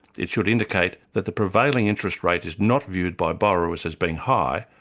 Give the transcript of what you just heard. it should indicate that the prevailing interest rates is not viewed by borrowers as being high,